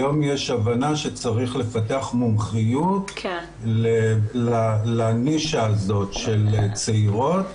היום יש הבנה שצריך לפתח מומחיות לנישה הזאת של צעירות.